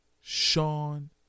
Sean